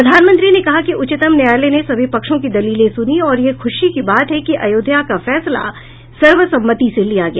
प्रधानमंत्री ने कहा है कि उच्चतम न्यायालय ने सभी पक्षों की दलीलें सुनी और यह खुशी की बात है कि अयोध्या का फैसला सर्वसम्मति से लिया गया